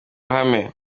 ruhame